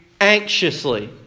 anxiously